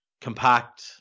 compact